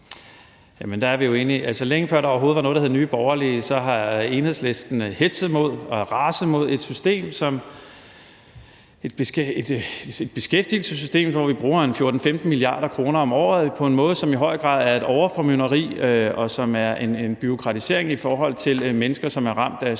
længe før der overhovedet var noget, der hed Nye Borgerlige, har Enhedslisten hetzet mod og raset mod et system, et beskæftigelsessystem, hvor vi bruger 14-15 mia. kr. om året på en måde, som i høj grad er et overformynderi, og som er en bureaukratisering i forhold til mennesker, som er ramt af